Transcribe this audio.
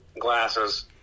glasses